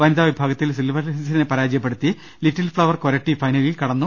വനിതാവിഭാഗത്തിൽ സിൽവർഹിൽസിനെ പരാജയപ്പെടുത്തി Little Flower Koratty ഫൈനലിൽ കടന്നു